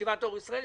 ישיבת אור ישראל,